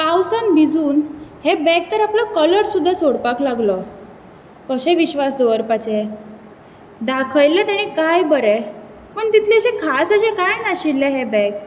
पावसान भिजून हें बॅग तर आपलो कलर सुद्दां सोडपाक लागलो कशें विश्वास दवरपाचें दाखयल्लें ताणी काय बरें पूण तितलेशें खास अशें काय नाशिल्लें हें बॅग